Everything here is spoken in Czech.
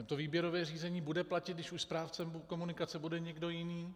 To výběrové řízení bude platit, když už správcem komunikace bude někdo jiný?